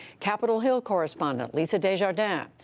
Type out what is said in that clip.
capitol hill correspondent lisa desjardins,